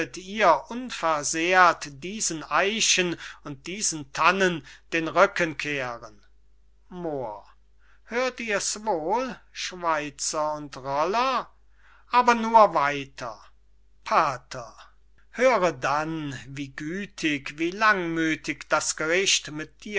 ihr unversehrt diesen eichen und diesen tannen den rücken kehren moor hörst du's wohl schweizer aber nur weiter pater höre dann wie gütig wie langmüthig das gericht mit